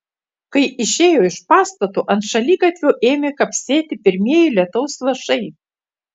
kai išėjo iš pastato ant šaligatvio ėmė kapsėti pirmieji lietaus lašai